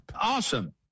Awesome